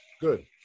Good